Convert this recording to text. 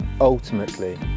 ultimately